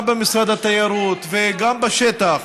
גם במשרד התיירות וגם בשטח,